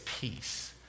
peace